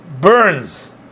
burns